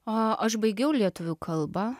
o aš baigiau lietuvių kalba